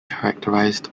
characterized